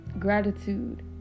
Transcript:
gratitude